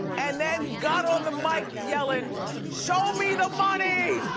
and then got on the mic yellin' show me the money.